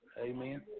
Amen